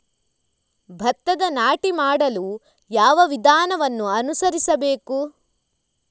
ಭತ್ತದ ನಾಟಿ ಮಾಡಲು ಯಾವ ವಿಧಾನವನ್ನು ಅನುಸರಿಸಬೇಕು?